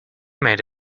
made